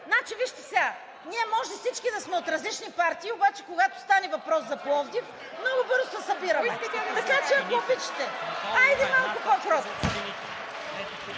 КАПОН: Вижте сега, ние може всички да сме от различни партии, но когато стане въпрос за Пловдив, много бързо се събираме. Така че, ако обичате, хайде малко по-кротко.